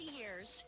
years